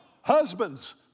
Husbands